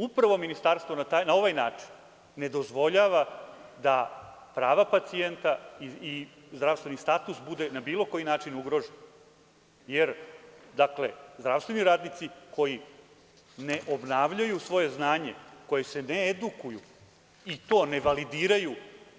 Upravo na ovaj način ministarstvo ne dozvoljava da prava pacijenta i zdravstveni status bude na bilo koji način ugrožen, jer zdravstveni radnici koji ne obnavljaju svoje znanje, koji se ne edukuju i to ne validiraju